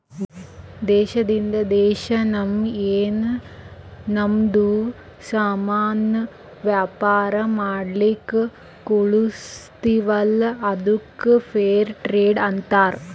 ದೇಶದಿಂದ್ ದೇಶಾ ನಾವ್ ಏನ್ ನಮ್ದು ಸಾಮಾನ್ ವ್ಯಾಪಾರ ಮಾಡ್ಲಕ್ ಕಳುಸ್ತಿವಲ್ಲ ಅದ್ದುಕ್ ಫೇರ್ ಟ್ರೇಡ್ ಅಂತಾರ